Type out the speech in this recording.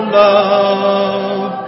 love